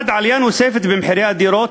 1. עלייה נוספת במחירי הדירות,